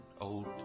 old